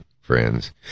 friends